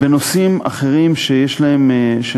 בנושאים אחרים שנוגעים